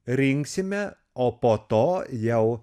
rinksime o po to jau